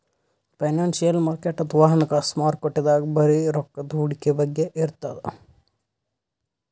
financial market ಅಥವಾ ಹಣಕಾಸ್ ಮಾರುಕಟ್ಟೆದಾಗ್ ಬರೀ ರೊಕ್ಕದ್ ಹೂಡಿಕೆ ಬಗ್ಗೆ ಇರ್ತದ್